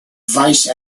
vice